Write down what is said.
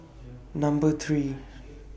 Number three